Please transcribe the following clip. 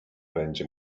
będzie